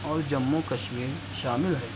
اور جموں کشمیر شامل ہے